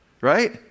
Right